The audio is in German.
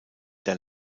der